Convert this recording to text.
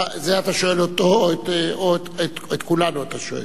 זה אתה שואל אותו, או את כולנו אתה שואל?